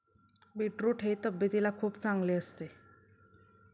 beetroot हे तब्येतीला खूप चांगले असते